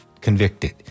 convicted